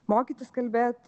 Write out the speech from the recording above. mokytis kalbėt